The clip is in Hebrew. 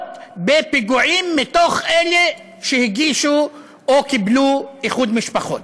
בפיגועים מאלה שהגישו או קיבלו איחוד משפחות.